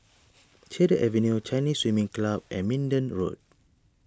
Cedar Avenue Chinese Swimming Club and Minden Road